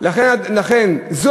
אחרת תהיה כאן אנרכיה שלמה.